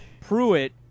Pruitt